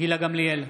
גילה גמליאל,